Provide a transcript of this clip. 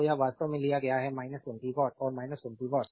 तो यह वास्तव में लिया गया है 20 वाट और 20 वाट